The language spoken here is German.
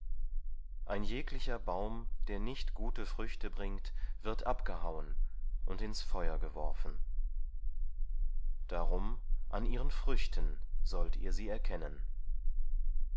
ein jeglicher baum der nicht gute früchte bringt wird abgehauen und ins feuer geworfen darum an ihren früchten sollt ihr sie erkennen